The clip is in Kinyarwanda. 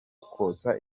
kotsa